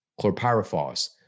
chlorpyrifos